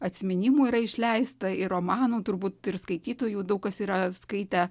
atsiminimų yra išleista ir romanų turbūt ir skaitytojų daug kas yra skaitę